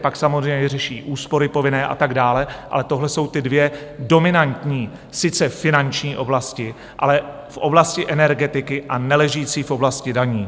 Pak samozřejmě řeší úspory povinné a tak dále, ale tohle jsou ty dvě dominantní, sice finanční oblasti, ale v oblasti energetiky a neležící v oblasti daní.